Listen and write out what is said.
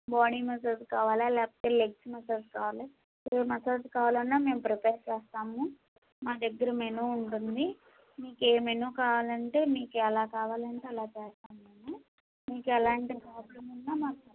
body massage కావాలా లేకపోతే legs massage కావాలా ఏ మసాజ్ కావాలన్న మేము ప్రిపర్ చేస్తాము మా దగ్గర మెనూ ఉంటుంది మీకు ఏ మెనూ కావాలంటే మీకు ఎలా కావాలంటే అలా చేస్తాం మేము మీకు ఎలాంటి ప్రాబ్లం ఉన్న మా